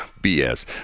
BS